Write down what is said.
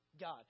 God